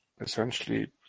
essentially